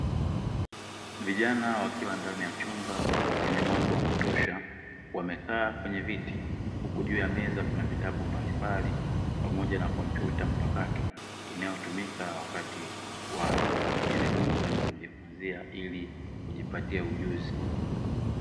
Vijana wakiwa ndani ya chumba chenye mwanga wa kutosha, wamekaa kwenye viti huku juu ya meza kuna vitabu mbalimbali pamoja na kompyuta mpakato inayotumika kujifunza na kujifunzia ili kujipatia ujuzi.